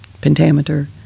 pentameter